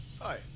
Hi